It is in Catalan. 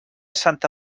santa